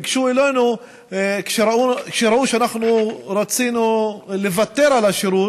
ניגשו אלינו כשראו שאנחנו רצינו לוותר על השירות,